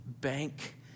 Bank